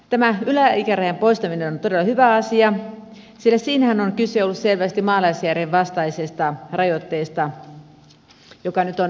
tämä yläikärajan poistaminen on todella hyvä asia sillä siinähän on kyse ollut selvästi maalaisjärjen vastaisesta rajoitteesta joka nyt onneksi poistetaan